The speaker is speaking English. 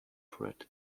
brett